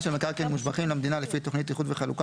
של מקרקעין מושבחים למדינה לפי תוכנית איחוד וחלוקה